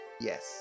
Yes